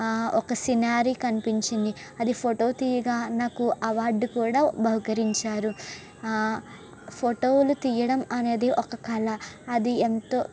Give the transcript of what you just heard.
ఒక సినారి కనిపించింది అది ఫోటో తీయగా నాకు అవార్డు కూడా బహుకరించారు ఫోటోలు తీయడము అనేది ఒక కళ అది ఎంతో